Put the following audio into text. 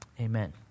Amen